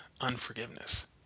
unforgiveness